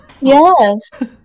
Yes